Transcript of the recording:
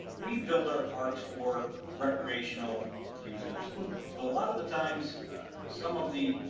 we build our parks for recreational users. so a lot of the times some of the,